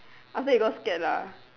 after he got scared lah